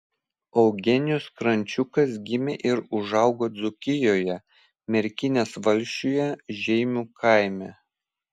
eugenijus krančiukas gimė ir užaugo dzūkijoje merkinės valsčiuje žeimių kaime